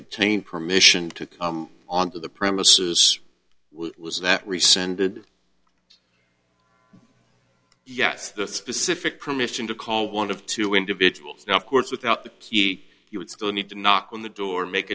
obtained permission to come onto the premises was that rescinded yes the specific permission to call one of two individuals now of course without the key you would still need to knock on the door and make